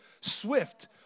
Swift